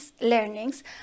learnings